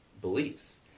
beliefs